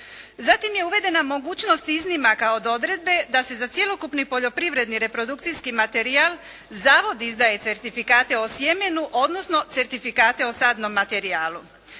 Zatim je uvedena mogućnost iznimaka od odredbe da se za cjelokupni poljoprivredni reprodukcijski materijal zavod izdaje certifikate o sjemenu, odnosno certifikate o sadnom materijalu.